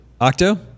Octo